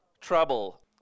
trouble